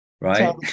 right